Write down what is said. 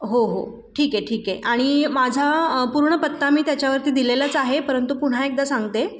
हो हो ठीक आहे ठीक आहे आणि माझा पूर्ण पत्ता मी त्याच्यावरती दिलेलाच आहे परंतु पुन्हा एकदा सांगते